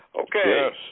Okay